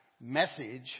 message